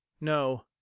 no